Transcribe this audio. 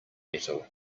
metal